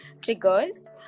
triggers